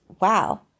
wow